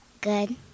Good